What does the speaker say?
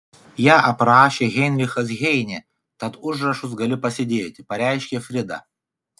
ją aprašė heinrichas heinė tad užrašus gali pasidėti pareiškė frida